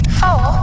four